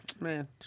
man